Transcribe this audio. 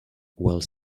while